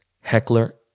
Heckler